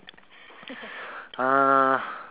uh